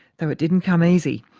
though it didn't come easy,